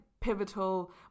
pivotal